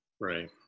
Right